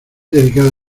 dedicado